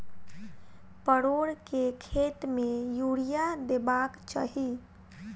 परोर केँ खेत मे यूरिया देबाक चही?